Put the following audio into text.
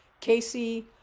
Casey